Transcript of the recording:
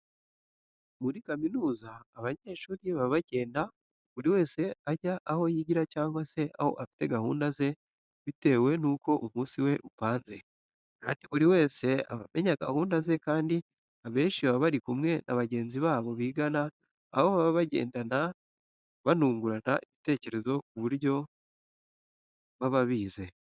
Muri kaminuza abanyeshuri baba bagenda buri wese ajya aho yigira cyangwa se aho afite gahunda ze bitewe n'uko umunsi we upanze, kandi buri wese aba amenya gahunda ze kandi abenshi baba bari kumwe na bagenzi babo bigana aho baba bagendana banungurana ibitekerezo ku byo baba bize.